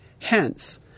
Hence